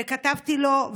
וכתבתי לו,